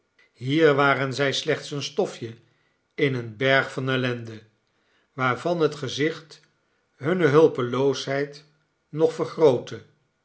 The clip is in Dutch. hier waren zij slechts een stofje in een berg van ellende waarvan het gezicht hunne hopeloosheid nog vergrootte